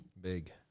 Big